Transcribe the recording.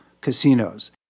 casinos